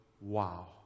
wow